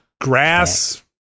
Grass